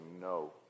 no